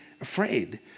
afraid